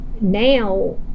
now